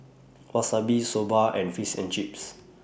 Wasabi Soba and Fish and Chips